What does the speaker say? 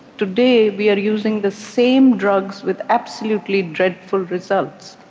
today, we are using the same drugs with absolutely dreadful results.